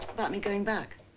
about me going back.